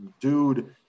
dude